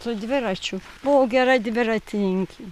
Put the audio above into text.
su dviračiu buvau gera dviratininkė